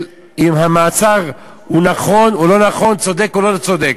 אם המעצר הוא נכון או לא נכון, צודק או לא צודק.